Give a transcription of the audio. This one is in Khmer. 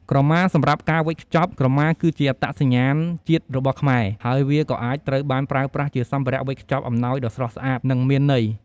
ក្រមាសម្រាប់ការវេចខ្ចប់ ក្រមាគឺជាអត្តសញ្ញាណជាតិរបស់ខ្មែរ ហើយវាក៏អាចត្រូវបានប្រើប្រាស់ជាសម្ភារៈវេចខ្ចប់អំណោយដ៏ស្រស់ស្អាត និងមានន័យ។